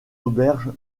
auberges